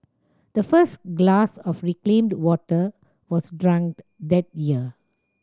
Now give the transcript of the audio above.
the first glass of reclaimed water was drunk that year